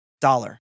dollar